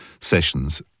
sessions